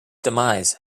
demise